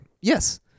Yes